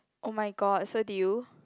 oh-my-god so did you